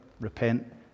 repent